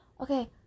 Okay